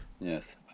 yes